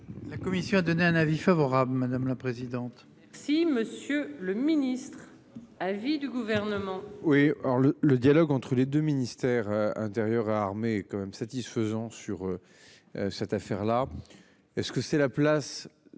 La commission a donné un avis favorable. Madame la présidente. Si Monsieur le Ministre à vie du gouvernement. Oui. Or le le dialogue entre les 2 ministères Intérieur armées quand même satisfaisant sur. Cette affaire-là, est-ce que c'est la place